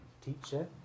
teacher